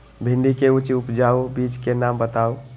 भिंडी के उच्च उपजाऊ बीज के नाम बताऊ?